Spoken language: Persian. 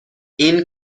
این